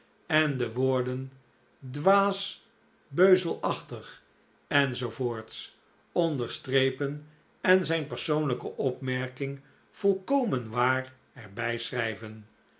en de woorden dwaas beuzelachtig enz onderstrepen en zijn persoonlijke opmerking volkomen waar er bijschrijven